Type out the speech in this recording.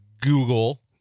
Google